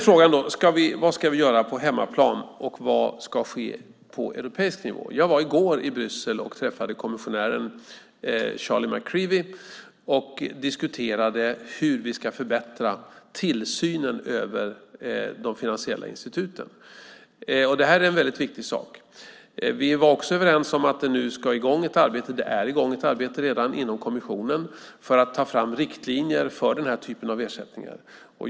Frågan är vad vi ska göra på hemmaplan och vad som ska ske på europeisk nivå. Jag var i Bryssel i går och träffade kommissionären Charlie Mc Creevy och diskuterade hur vi ska förbättra tillsynen över de finansiella instituten. Det är en väldigt viktigt sak. Vi var överens om att det ska ske ett arbete inom kommissionen - det är redan ett arbete i gång - för att ta fram riktlinjer för den här typen av ersättningar.